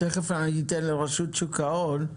תכף אני אתן לרשות שוק ההון.